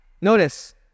Notice